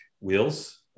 wheels